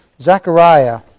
Zachariah